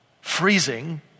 Freezing